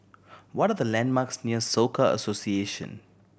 what are the landmarks near Soka Association